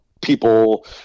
people